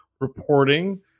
reporting